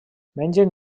mengen